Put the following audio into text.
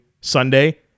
Sunday